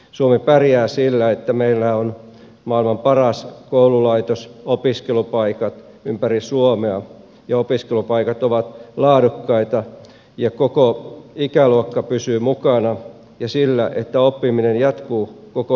suomi pärjää sillä että meillä on maailman paras koululaitos opiskelupaikat ympäri suomea ja opiskelupaikat ovat laadukkaita ja koko ikäluokka pysyy mukana ja sillä että oppiminen jatkuu koko ihmisen elämän